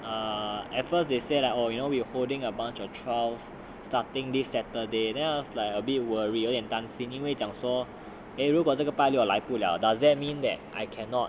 err at first they say like oh you know you are holding a bunch of trials starting this saturday then I was like a bit worry 有点担心因为讲说如果这个拜六来不 liao does that mean that I cannot